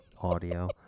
audio